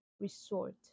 resort